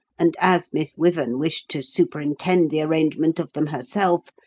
and as miss wyvern wished to superintend the arrangement of them herself,